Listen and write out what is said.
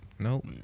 Nope